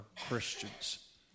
Christians